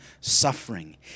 suffering